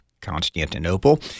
Constantinople